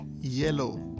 Yellow